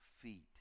feet